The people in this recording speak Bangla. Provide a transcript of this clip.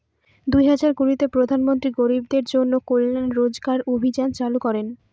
দুই হাজার কুড়িতে প্রধান মন্ত্রী গরিবদের জন্য কল্যান রোজগার অভিযান চালু করেন